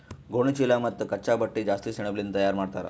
ಗೋಣಿಚೀಲಾ ಮತ್ತ್ ಕಚ್ಚಾ ಬಟ್ಟಿ ಜಾಸ್ತಿ ಸೆಣಬಲಿಂದ್ ತಯಾರ್ ಮಾಡ್ತರ್